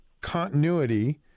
continuity